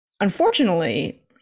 unfortunately